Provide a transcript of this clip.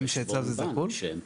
שאצלו זה --- חשבון בנק שהם פותחים.